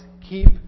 keep